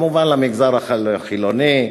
כמובן למגזר החילוני,